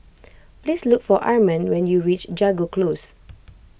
please look for Armand when you reach Jago Close